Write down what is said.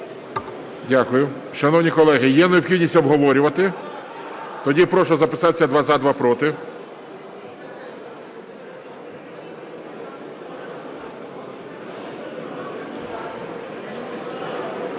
Дякую. Шановні колеги, є необхідність обговорювати? Тоді прошу записатися: два – за, два – проти.